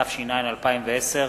התש"ע 2010,